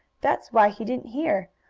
that's why he didn't hear.